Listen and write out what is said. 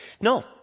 No